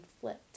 flipped